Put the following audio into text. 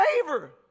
favor